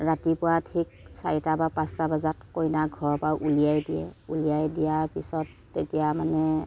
ৰাতিপুৱা ঠিক চাৰিটা বা পাঁচটা বজাত পিছত কইনা ঘৰৰ পৰা উলিয়াই দিয়ে উলিয়াই দিয়াৰ পিছত তেতিয়া মানে